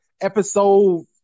episode